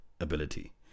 ability